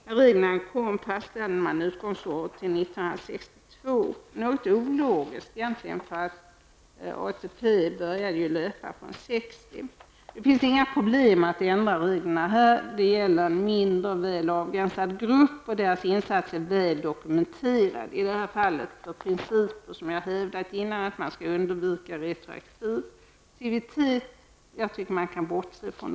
När reglerna kom fastställde man utgångsåret till 1962 -- något ologiskt egentligen, eftersom ATP ju började 1960. Det finns inga problem om man vill ändra denna regel. Det gäller en mindre, väl avgränsad grupp vars insats är väl dokumenterad. I det här fallet bör principer, vilket jag hävdat i andra sammanhang, kunna vika.